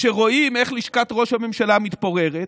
שרואים איך לשכת ראש הממשלה מתפוררת,